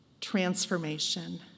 transformation